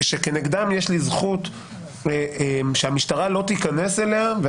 שכנגדם יש לי זכות שהמשטרה לא תיכנס אליהם.